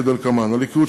כדלקמן: הליכוד,